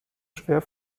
schwer